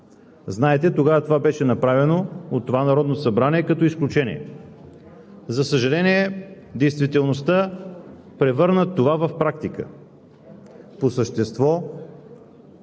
Знаете, че това беше направено от това Народно събрание като изключение. За съжаление, действителността превърна това в практика. По същество